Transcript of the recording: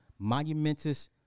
monumentous